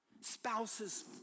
Spouses